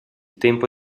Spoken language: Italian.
tempo